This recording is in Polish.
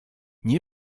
nie